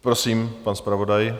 Prosím, pan zpravodaj.